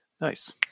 nice